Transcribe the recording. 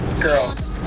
girls.